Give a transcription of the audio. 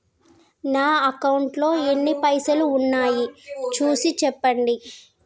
నా అకౌంట్లో ఎన్ని పైసలు ఉన్నాయి చూసి చెప్పండి?